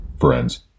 Friends